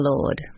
Lord